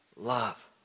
love